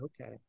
Okay